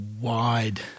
wide